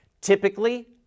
Typically